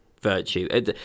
virtue